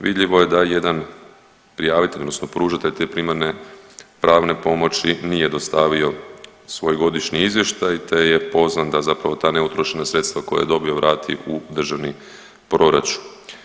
Vidljivo je da jedan prijavitelj odnosno pružatelj te primarne pravne pomoći nije dostavio svoj godišnji izvještaj te je pozvan da zapravo ta neutrošena sredstva koja je dobio vrati u državni proračun.